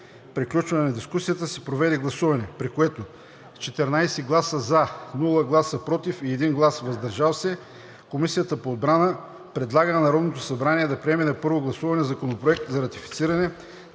приключване на дискусията се проведе гласуване, при което с 14 гласа „за“, без „против“ и 1 глас „въздържал се“ Комисията по отбрана предлага на Народното събрание да приеме на първо гласуване Законопроект за ратифициране